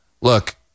Look